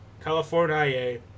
California